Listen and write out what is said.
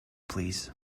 please